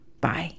Bye